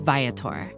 Viator